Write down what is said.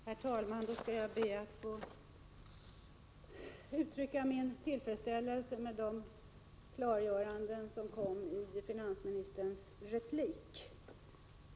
Herr talman! Jag ber att få uttrycka min tillfredsställelse med de klargöranden som gavs i finansministerns replik.